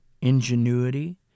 ingenuity